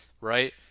right